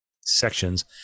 sections